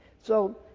so,